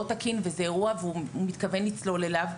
תקין וזה אירוע והוא מתכוון לצלול אליו.